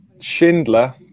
Schindler